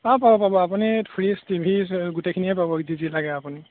অঁ পাব পাব আপুনি ফ্ৰিজ টিভি গোটেইখিনিয়ে পাব যি যি লাগে আপুনি